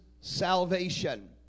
salvation